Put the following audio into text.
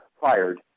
fired